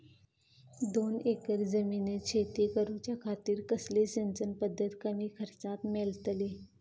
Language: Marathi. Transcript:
दोन एकर जमिनीत शेती करूच्या खातीर कसली सिंचन पध्दत कमी खर्चात मेलतली?